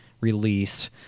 released